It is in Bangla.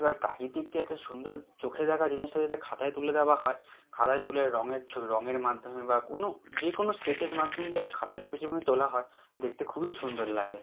এবার প্রাকৃতিককে একটা সুন্দর চোখে দেখা জিনিসটাকে যদি একটা খাতায় তুলে দেওয়া বা হয় খাতায় তুলে রঙের রঙের মাধ্যমে বা কোনও যে কোনও স্কেচের মাধ্যমে যদি একটা খাতায় পেছনে তোলা হয় দেখতে খুবই সুন্দর লাগে